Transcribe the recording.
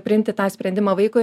priimti tą sprendimą vaikui